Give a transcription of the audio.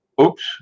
Oops